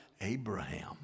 Abraham